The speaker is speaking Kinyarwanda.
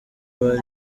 bari